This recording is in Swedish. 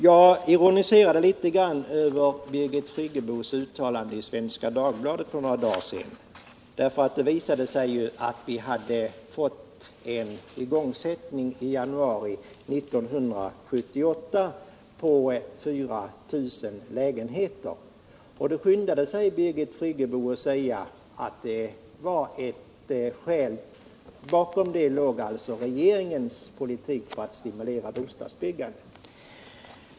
Jag ironiserade litet över Birgit Friggebos uttalande i Svenska Dagbladet för några dagar sedan. Det visade sig att vi i januari 1978 fått en igångsättning på 4 000 lägenheter. Då skyndade sig Birgit Friggebo att säga att det var ett resultat av regeringens politik för att stimulera byggandet.